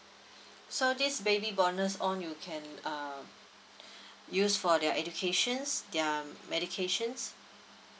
so this baby bonus on you can uh use for their educations their medications